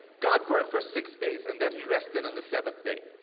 god worked for six days and then he rested on the seventh day.